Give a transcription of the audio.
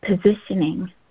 positioning